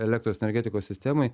elektros energetikos sistemai